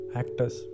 actors